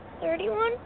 thirty-one